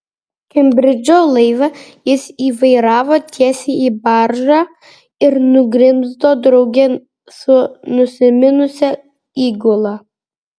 kembridžo laivą jis įvairavo tiesiai į baržą ir nugrimzdo drauge su nusiminusia įgula